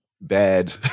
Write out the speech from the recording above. bad